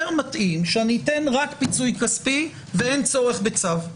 מתאים שאתן רק פיצוי כספי ואין צורך בצו.